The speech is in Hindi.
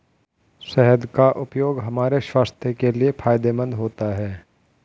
शहद का उपयोग हमारे स्वास्थ्य के लिए फायदेमंद होता है